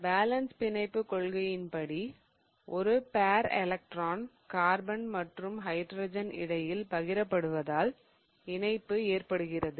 valence பிணைப்பு கொள்கையின்படி ஒரு பேர் எலக்ட்ரான் கார்பன் மற்றும் ஹைட்ரஜன் இடையில் பகிற படுவதால் இணைப்பு ஏற்படுகிறது